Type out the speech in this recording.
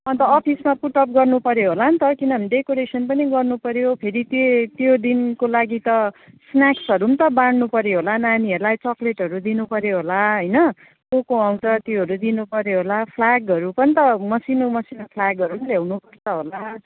अन्त अफिसमा पुटअप गर्नुपर्यो होला नि त किनभने डेकोरेसन पनि गर्नुपर्यो फेरि त्यो त्यो दिनको लागि त स्नेक्सहरू पनि त बाँड्नुपर्यो होला नानीहरूलाई चक्लेटहरू दिनुपर्यो होला होइन को को आउँछ त्योहरू दिनुपर्यो होला फ्ल्यागहरू पनि त मसिनो मसिनो फ्ल्यागहरू पनि ल्याउनुपर्यो होला